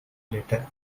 later